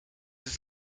ist